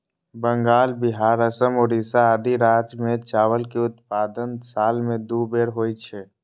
बंगाल, बिहार, असम, ओड़िशा आदि राज्य मे चावल के उत्पादन साल मे दू बेर होइ छै